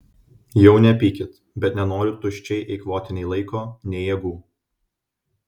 jau nepykit bet nenoriu tuščiai eikvoti nei laiko nei jėgų